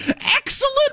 Excellent